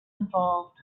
involved